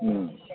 उम